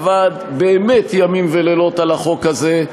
עבד באמת ימים ולילות על החוק הזה.